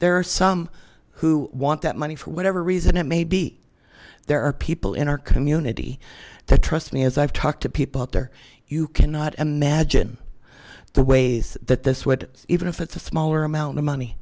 there are some who want that money for whatever reason it may be there are people in our community that trust me as i've talked to people out there you cannot imagine the ways that this would even if it's a smaller amount of money